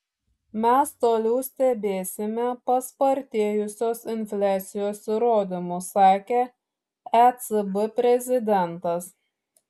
mes toliau stebėsime paspartėjusios infliacijos įrodymus sakė ecb prezidentas